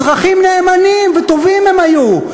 אזרחים נאמנים וטובים הם היו,